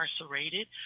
incarcerated